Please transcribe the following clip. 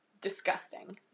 disgusting